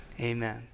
Amen